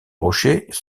rochers